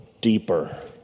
deeper